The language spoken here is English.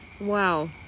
Wow